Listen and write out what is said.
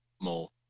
more